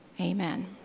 amen